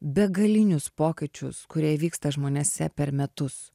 begalinius pokyčius kurie įvyksta žmonėse per metus